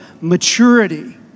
maturity